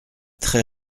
très